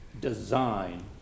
Design